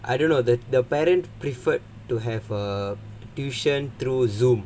I don't know the the parent preferred to have err tuition through Zoom